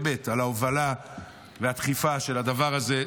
באמת על ההובלה והדחיפה של הדבר הזה.